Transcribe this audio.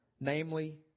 namely